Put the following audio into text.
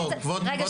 לא יש --- רגע,